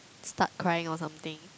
start crying or something